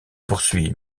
poursuit